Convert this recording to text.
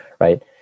right